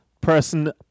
person